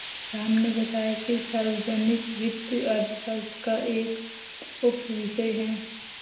राम ने बताया कि सार्वजनिक वित्त अर्थशास्त्र का एक उपविषय है